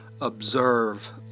observe